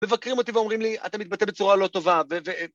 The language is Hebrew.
‫מבקרים אותי ואומרים לי, ‫אתה מתבטא בצורה לא טובה.